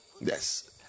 Yes